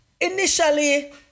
initially